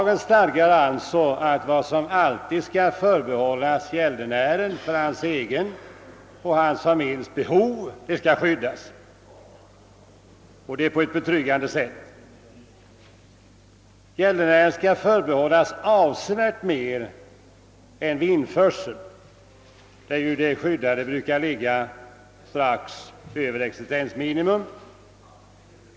Lagen stadgar alltså att vad som behövs för gäldenärens eget och familjens behov alltid skall skyddas, och det på ett betryggande sätt. Gäldenären skall förbehållas avsevärt mer än vid införsel, där ju det skyddade brukar ligga strax över existensminimum.